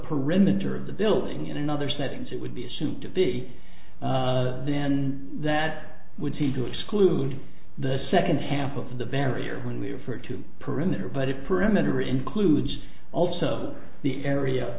perimeter of the building in other settings it would be assumed to be then that would seem to exclude the second half of the barrier when we refer to perimeter but it perimeter includes also the area